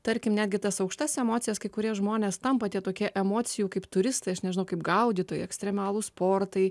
tarkim netgi tas aukštas emocijas kai kurie žmonės tampa tie tokie emocijų kaip turistai aš nežinau kaip gaudytojai ekstremalūs sportai